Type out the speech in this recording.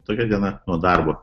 tokia diena nuo darbo